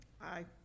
Aye